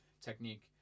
technique